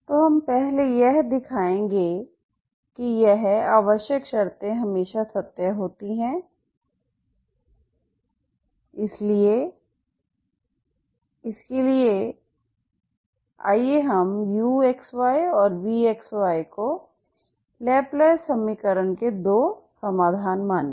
तो हम पहले यह दिखाएंगे कि यह आवश्यक शर्तें हमेशा सत्य होती हैं इसलिए इसके लिए आइए हम uxy और vxy को लैपलेस समीकरण के दो समाधान मानें